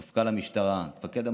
איננה, חבר הכנסת אבי